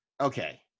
Okay